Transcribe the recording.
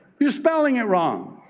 you're spelling it wrong.